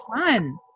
fun